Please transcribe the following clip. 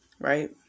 Right